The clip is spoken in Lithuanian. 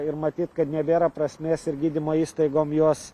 ir matyt kad nebėra prasmės ir gydymo įstaigom juos